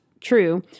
true